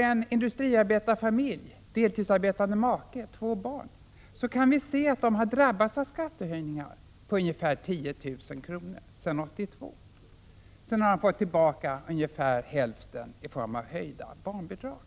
En industriarbetarfamilj med deltidsarbetande make och två barn har drabbats av skattehöjningar på ungefär 10 000 kr. sedan 1982. Den har sedan fått tillbaka ungefär hälften i form av höjda barnbidrag.